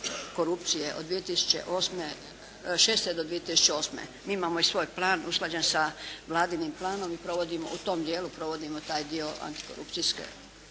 korupcije od 2006. do 2008. Mi imamo i svoj plan usklađen sa Vladinim planom i provodimo u tom dijelu provodimo taj dio antikorupcijske